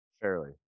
Fairly